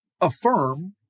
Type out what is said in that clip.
affirm